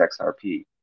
XRP